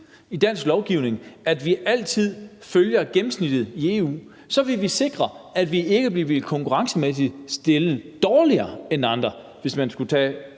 i dansk lovgivning om, at vi altid fulgte gennemsnittet i EU, ville vi sikre, at vi ikke ville blive stillet konkurrencemæssigt dårligere end andre, hvis man skulle tage